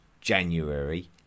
January